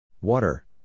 Water